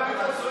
נתקבל.